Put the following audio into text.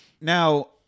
now